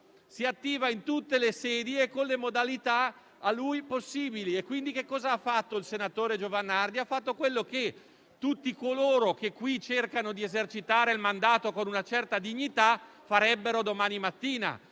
Si attiva in tutte le sedi e con le modalità a lui possibili. E quindi che cosa ha fatto il senatore Giovanardi? Ha fatto quello che tutti coloro che qui cercano di esercitare il mandato con una certa dignità farebbero domani mattina,